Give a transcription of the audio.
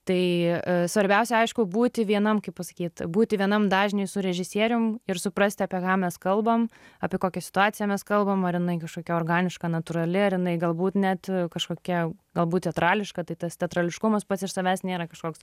tai svarbiausia aišku būti vienam kaip pasakyt būti vienam dažny su režisierium ir suprasti apie ką mes kalbam apie kokią situaciją mes kalbam ar jinai kažkokia organiška natūrali ar jinai galbūt net kažkokia galbūt teatrališka tai tas teatrališkumas pats iš savęs nėra kažkoks